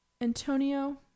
Antonio